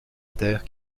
terre